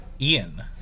Ian